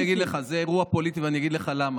אני אגיד לך, זה אירוע פוליטי, ואני אגיד לך למה.